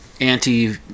anti